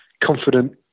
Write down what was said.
confident